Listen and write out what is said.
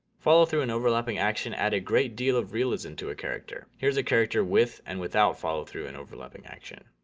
follow through and overlapping action add a great deal of realism to a character. here's a character with and without follow through and overlapping action.